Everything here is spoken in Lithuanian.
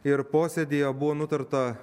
ir posėdyje buvo nutarta